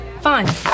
Fine